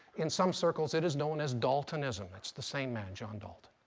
in some circles it is known as daltonism. it's the same man, john dalton.